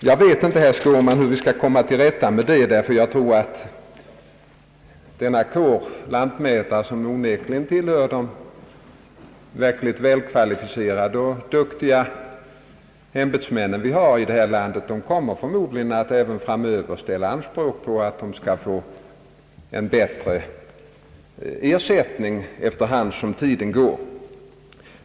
Jag vet inte, herr Skårman, hur vi skall komma till rätta med detta problem, ty jag tror att lantmätarkåren, som onekligen tillhör de verkligt välkvalificerade och duktiga i detta land, förmodligen kommer att ställa anspråk på att få en bättre ersättning allteftersom tiden går.